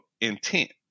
intent